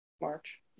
March